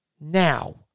now